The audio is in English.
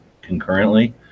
concurrently